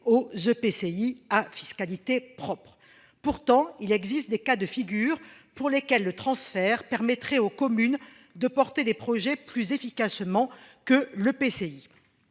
aux EPCI à fiscalité propre. Pourtant il existe des cas de figure pour lesquels le transfert permettrait aux communes de porter des projets plus efficacement que le PCI.